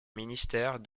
ministère